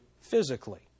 physically